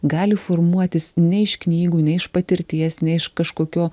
gali formuotis ne iš knygų ne iš patirties ne iš kažkokio